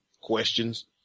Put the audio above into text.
questions